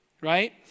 right